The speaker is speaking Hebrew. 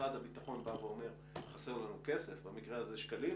משרד הביטחון אומר: חסר לנו כסף, במקרה הזה שקלים,